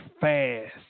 fast